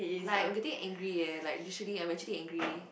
like I'm getting angry eh like literally I'm actually angry